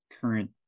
current